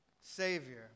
Savior